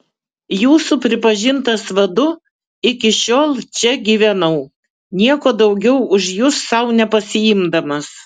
jūsų pripažintas vadu iki šiol čia gyvenau nieko daugiau už jus sau nepasiimdamas